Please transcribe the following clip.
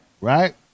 Right